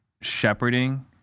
shepherding